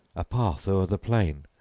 a path o'er the plain,